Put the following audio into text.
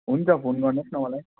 हुन्छ फोन गर्नुहोस् न मलाई